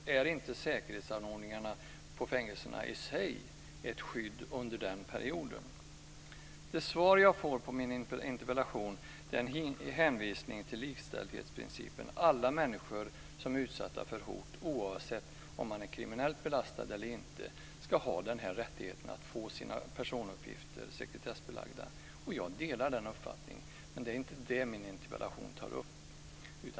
Är inte säkerhetsanordningarna på fängelserna i sig ett skydd under den perioden? Det svar jag får på min interpellation är en hänvisning till likställdhetsprincipen. Alla människor som är utsatta för hot oavsett om de är kriminellt belastade eller inte ska ha rättigheten att få sina personuppgifter sekretessbelagda. Jag delar den uppfattningen. Men det är inte vad min interpellation tar upp.